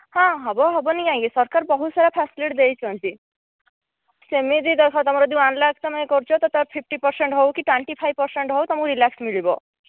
ହଁ ହେବ ହେବନି କାହିଁକି ସରକାର ବହୁତ ସାରା ଫେସିଲିଟି ଦେଇଛନ୍ତି ସେମିତି ଦେଖ ତୁମର ଯେଉଁ ୱାନ୍ ଲାଖ୍ ତୁମେ କରୁଛ ତ ତାର ଫିଫ୍ଟି ପର୍ସେଣ୍ଟ୍ ହେଉ କି ଟ୍ୱେଣ୍ଟି ଫାଇଭ୍ ପର୍ସେଣ୍ଟ୍ ହେଉ ତୁମକୁ ରିଲାକ୍ସ ମିଳିବ